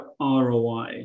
ROI